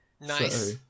Nice